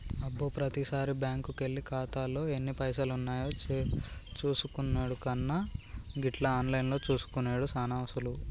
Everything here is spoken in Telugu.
అబ్బో ప్రతిసారి బ్యాంకుకెళ్లి ఖాతాలో ఎన్ని పైసలున్నాయో చూసుకునెడు కన్నా గిట్ల ఆన్లైన్లో చూసుకునెడు సాన సులువు